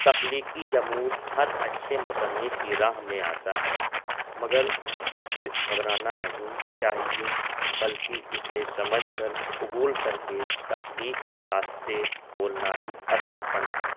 تخلیقی جمود ہر اچھے مصنف کی راہ میں آتا ہے مگر اس سے گھبرانا نہیں چاہیے بلکہ اسے سمجھ کر قبول کر کے تخلیق کے راستے کھولنا ہی اصل فن ہے